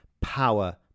power